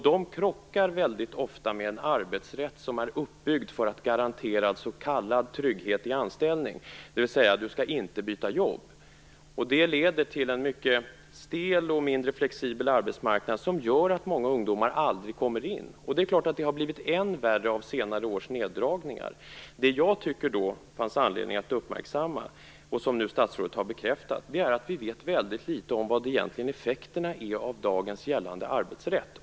De krockar ofta med en arbetsrätt som är uppbyggd för att garantera s.k. anställningstrygghet, dvs. för att man inte skall byta jobb. Detta leder till en mindre flexibel arbetsmarknad, som många ungdomar aldrig kommer in på. Det är klart att det har blivit än värre genom senare års neddragningar. Det som jag tycker att det finns anledning att uppmärksamma och som statsrådet nu har bekräftat är att vi vet väldigt litet om effekterna av dagens gällande arbetsrätt.